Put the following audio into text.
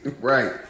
Right